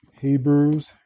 Hebrews